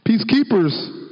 Peacekeepers